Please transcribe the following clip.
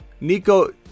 Nico